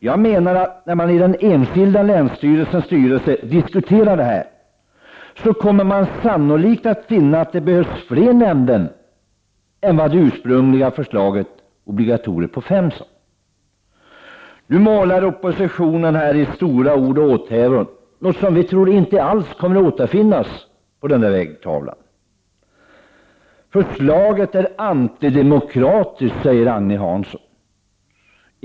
Jag menar alltså att man när man i den enskilda länsstyrelsens styrelse diskuterar nämndorganisationens utformning sannolikt kommer att finna att det behövs fler nämnder än vad som föreskrevs i det ursprungliga förslaget om fem obligatoriska nämnder. Nu målar oppositionen i stora ord och åthävor något som vi tror inte alls kommer att hända. Förslaget är antidemokratiskt, säger Agne Hansson.